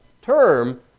term